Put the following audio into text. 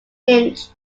hinge